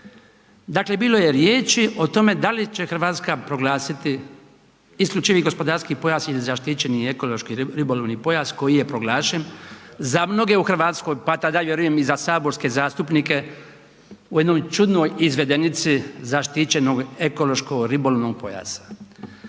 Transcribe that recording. Dakle bilo je riječi o tome da li će Hrvatska proglasiti isključivi gospodarski pojas ili zaštićeni ekološki, ribolovni pojas koji je proglašen za mnoge u Hrvatskoj pa tada vjerujem i za saborske zastupnike u jednoj čudnoj izvedenici zaštićenog ekološko ribolovnog pojasa.